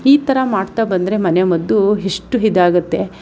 ಈ ಥರ ಮಾಡ್ತಾ ಬಂದರೆ ಮನೆಮದ್ದು ಎಷ್ಟು ಇದಾಗುತ್ತೆ